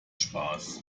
spaß